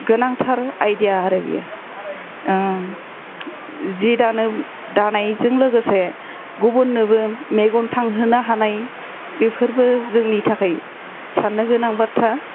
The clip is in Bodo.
गोनांथार आइदिया आरो बियो जि दानो दानायजों लोगोसे गुबुननोबो मेगन थांहोनो हानाय बेफोरबो जोंनि थाखाय सान्नो गोनां बाथ्रा